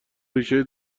ریشه